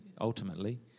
ultimately